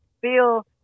feel